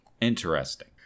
Interesting